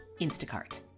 Instacart